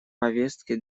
повестке